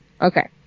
Okay